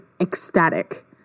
ecstatic